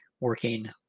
working